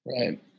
Right